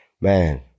Man